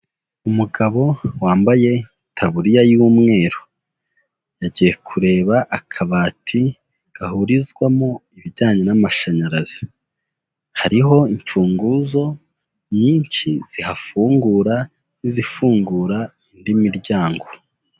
Umugabo wambaye itaburiya y'umweru, yagiye kureba akabati gahurizwamo ibijyanye n'amashanyarazi, hariho imfunguzo nyinshi zihafungura n'izifungura indi miryango.